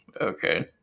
okay